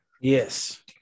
Yes